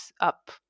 up